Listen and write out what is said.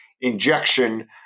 injection